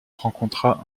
rencontra